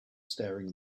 staring